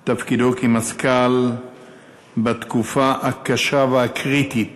את תפקידו כמזכ"ל בתקופה הקשה והקריטית